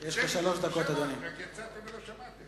זה מה שאמרתי, רק שיצאתם ולא שמעתם.